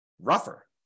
rougher